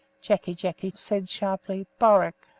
jacky jacky said sharply, borack.